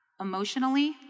Emotionally